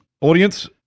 Audience